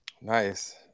nice